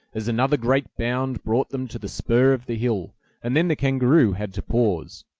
as another great bound brought them to the spur of the hill and then the kangaroo had to pause.